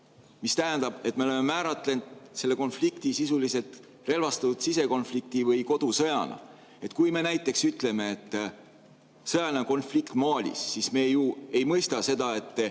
mis tähendab, et me oleme määratlenud selle konflikti sisuliselt relvastatud sisekonflikti või kodusõjana. Kui me näiteks ütleme, et sõjaline konflikt Malis, siis me ju ei mõista seda